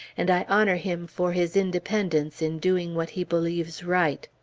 and i honor him for his independence in doing what he believes right.